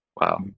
Wow